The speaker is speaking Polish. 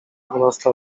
dwunasta